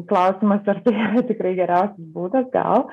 klausimas ar tai tikrai geriausias būdas gal